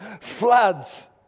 floods